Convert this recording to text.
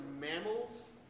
mammals